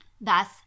Thus